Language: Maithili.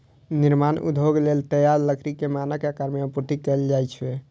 निर्माण उद्योग लेल तैयार लकड़ी कें मानक आकार मे आपूर्ति कैल जाइ छै